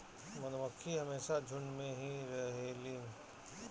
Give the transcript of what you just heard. मधुमक्खी हमेशा झुण्ड में ही रहेलीन